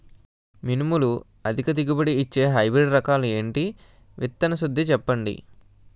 మినుములు అధిక దిగుబడి ఇచ్చే హైబ్రిడ్ రకాలు ఏంటి? విత్తన శుద్ధి చెప్పండి?